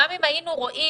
גם אם היינו רואים